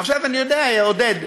אני יודע, עודד,